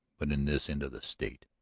but in this end of the state.